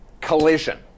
collision